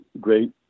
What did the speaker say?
great